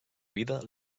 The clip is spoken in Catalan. vida